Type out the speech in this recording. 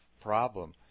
problem